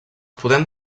podem